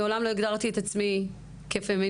מעולם לא הגדרתי את עצמי פמיניסטית,